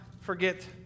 forget